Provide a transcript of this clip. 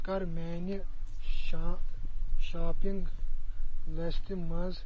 ژٕ کَر میٛانِہ شاپِنٛگ لَسٹِہ منٛز